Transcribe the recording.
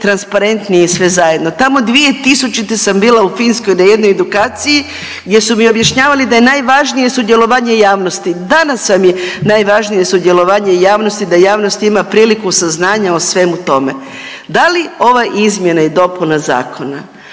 transparentnije i sve zajedno? Tamo 2000. sam bila u Finskoj na jednoj edukaciji, gdje su mi objašnjavali da je najvažnije sudjelovanje javnosti. Danas vam je najvažnije sudjelovanje javnosti, da javnost ima priliku saznanja o svemu tome. Da li ova izmjena i dopuna zakona